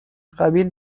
قبیل